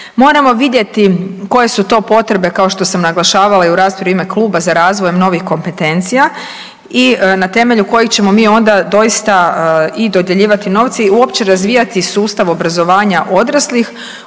moramo vidjeti koje su to potrebe kao što sam naglašavala i u raspravi u ime Kluba za razvojem novih kompetencija i na temelju kojih ćemo mi onda doista i dodjeljivati novce i uopće razvijati sustav obrazovanja odraslih